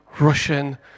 Russian